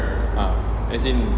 ah as in